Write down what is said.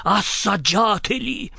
assaggiateli